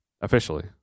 Officially